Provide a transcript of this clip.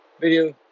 video